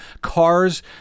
Cars